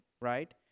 right